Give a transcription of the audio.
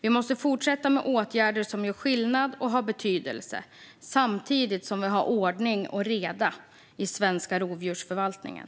Vi måste fortsätta med åtgärder som gör skillnad och har betydelse samtidigt som vi har ordning och reda i den svenska rovdjursförvaltningen.